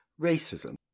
racism